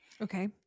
Okay